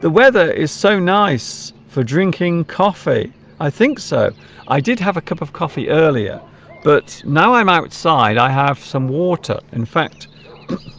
the weather is so nice for drinking coffee i think so i did have a cup of coffee earlier but now i'm outside i have some water in fact